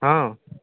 हँ